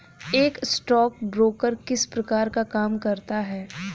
एक स्टॉकब्रोकर किस प्रकार का काम करता है?